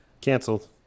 Canceled